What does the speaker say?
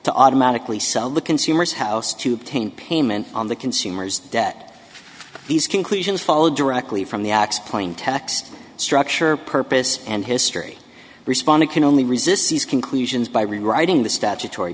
to automatically sell the consumer's house to obtain payment on the consumer's debt these conclusions follow directly from the x plain text structure purpose and history responded can only resist these conclusions by rewriting the statutory